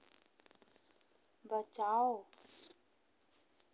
बचाओ